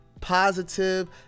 positive